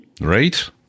Right